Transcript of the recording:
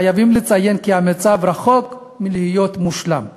חייבים לציין כי המצב רחוק מלהיות מושלם.